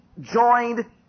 joined